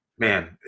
Man